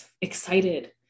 excited